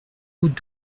route